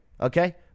okay